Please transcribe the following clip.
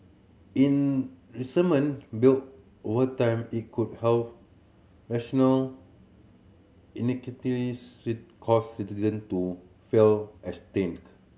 in resentment build over time it could national cause citizen to feel estranged